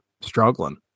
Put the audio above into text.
struggling